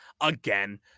again